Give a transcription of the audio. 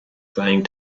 saying